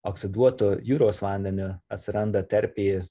oksiduotu jūros vandeniu atsiranda terpė